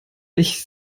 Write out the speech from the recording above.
ich